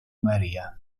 maria